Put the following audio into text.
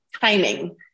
timing